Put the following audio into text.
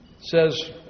says